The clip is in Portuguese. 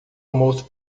almoço